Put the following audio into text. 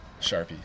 Sharpie